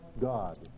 God